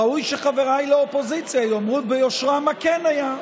ראוי שחבריי לאופוזיציה יאמרו ביושרה מה כן היה.